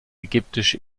ägyptische